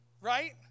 right